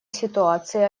ситуации